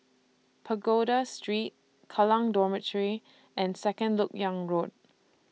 Pagoda Street Kallang Dormitory and Second Lok Yang Road